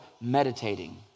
meditating